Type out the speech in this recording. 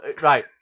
right